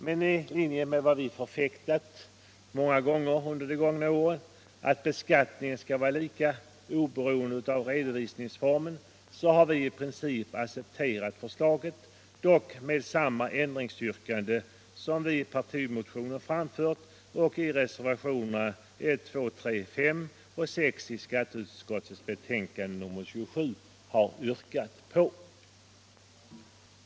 Men i linje med vad vi många gånger förfäktat under de gångna åren — att beskattningen skall vara lika oberoende av redovisningsformen — så har vi i princip accepterat förslaget, dock med samma ändringsyrkande som vi i partimotion framfört och i reservationerna 1, 2, 3, 5 och 6 vid skatteutskottets betänkande nr 27 yrkat på.